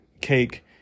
Cake